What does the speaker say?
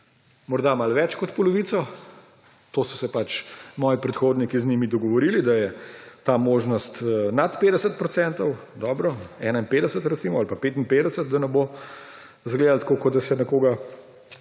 morda malo več kot polovico, to so se dogovorili moji predhodniki z njimi, da je ta možnost nad 50 %, dobro, 51 recimo, ali pa 55 %, da ne bo izgledalo, kot da se nekoga